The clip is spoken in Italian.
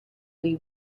dei